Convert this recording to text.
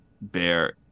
bear